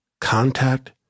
contact